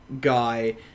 guy